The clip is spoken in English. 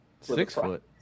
Six-foot